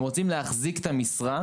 הם רוצים להחזיק את המשרה,